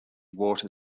water